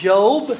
Job